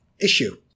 issue